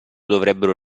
dovrebbero